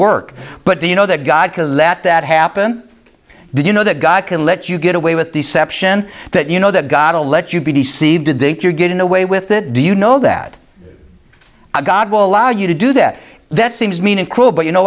work but do you know that god has let that happen did you know that god can let you get away with deception that you know that god will let you be deceived to dick you're getting away with it do you know that god will allow you to do that that seems mean and cruel but you know